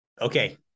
Okay